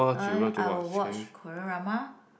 uh I will watch Korea drama